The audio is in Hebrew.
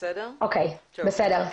אוקיי, בסדר.